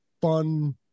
fun